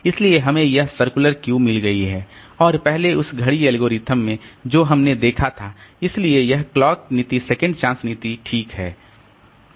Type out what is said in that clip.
इसलिए हमें यह सर्कुलर क्यू मिल गई है और पहले उस घड़ी एल्गोरिथ्म में जो हमने देखा था इसलिए यह घड़ी नीति सेकंड चांस नीति ठीक है